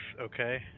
okay